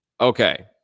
Okay